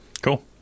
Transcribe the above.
cool